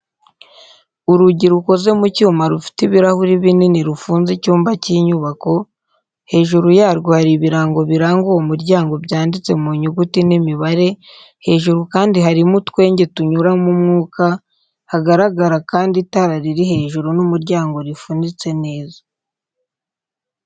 Urugi rukoze mu cyuma rufite ibirahuri binini rufunze icyumba cy'inyubako, hejuru yarwo hari ibirango biranga uwo muryango byanditse mu nyuguti n'imibare, hejuru kandi harimo utwenge tunyuramo umwuka, haragaraga kandi itara riri hejuru y'umuryango rifunitse neza.